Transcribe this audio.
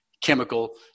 chemical